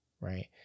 right